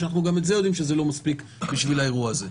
שגם זה אנחנו יודעים שלא מספיק בשביל האירוע הזה.